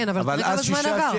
כן, אבל תראה כמה זמן עבר.